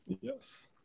Yes